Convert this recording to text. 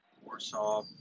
Warsaw